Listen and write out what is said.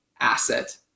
asset